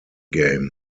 game